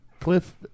Cliff